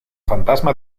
fantasma